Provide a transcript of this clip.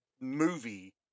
movie